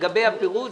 לגבי הפירוט,